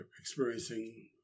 experiencing